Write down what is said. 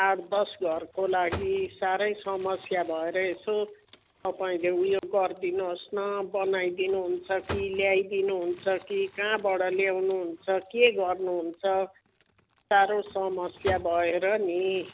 आठ दस घरको लागि साह्रै समस्या भएर यसो तपाईँले उयो गरिदिनुहोस् न बनाइदिनुहुन्छ कि ल्याइदिनुहुन्छ कि कहाँबाट ल्याउनुहुन्छ के गर्नुहुन्छ साह्रो समस्या भएर नि